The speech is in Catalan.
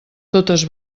totes